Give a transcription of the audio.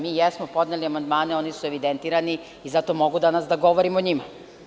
Mi jesmo podneli amandmane, oni su evidentirani i zato mogu danas da govorim o njima.